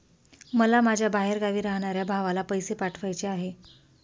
मला माझ्या बाहेरगावी राहणाऱ्या भावाला पैसे पाठवायचे आहे